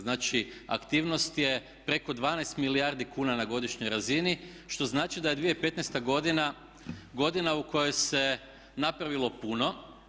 Znači aktivnost je preko 12 milijardi kuna na godišnjoj razini što znači da je 2015. godina, godina u kojoj se napravilo puno.